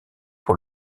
pour